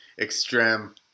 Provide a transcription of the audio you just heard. Extreme